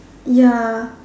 ya